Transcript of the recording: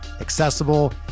accessible